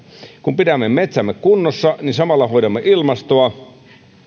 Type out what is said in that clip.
kun pidämme metsämme kunnossa niin samalla hoidamme ilmastoa